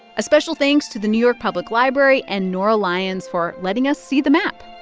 a special thanks to the new york public library and nora lyons for letting us see the map